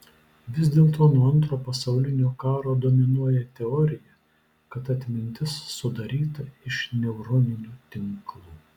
vis dėlto nuo antro pasaulinio karo dominuoja teorija kad atmintis sudaryta iš neuroninių tinklų